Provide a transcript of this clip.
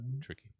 tricky